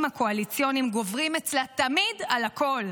הקואליציוניים גוברים אצלה תמיד על הכול.